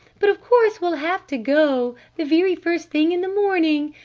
but of course we'll have to go! the very first thing in the morning!